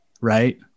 right